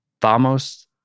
Thamos